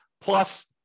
Plus